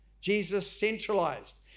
Jesus-centralized